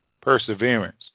perseverance